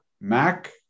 Mac